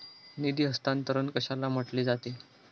निधी हस्तांतरण कशाला म्हटले जाते?